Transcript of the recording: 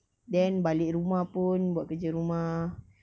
then balik rumah pun buat kerja rumah